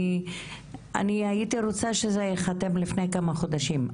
אני הייתי רוצה שזה ייחתם עוד לפני כמה חודשים,